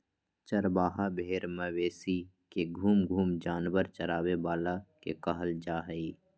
चरवाहा भेड़ मवेशी के घूम घूम जानवर चराबे वाला के कहल जा हइ